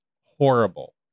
horrible